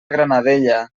granadella